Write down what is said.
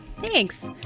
Thanks